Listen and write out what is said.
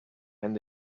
and